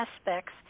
aspects